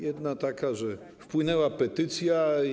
Jedna jest taka, że wpłynęła petycja.